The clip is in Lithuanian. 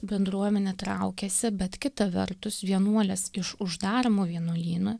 bendruomenė traukėsi bet kita vertus vienuolės iš uždaromų vienuolynų